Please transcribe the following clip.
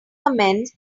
comments